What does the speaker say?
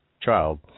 child